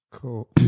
Cool